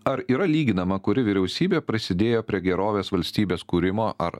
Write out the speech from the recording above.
ar yra lyginama kuri vyriausybė prisidėjo prie gerovės valstybės kūrimo ar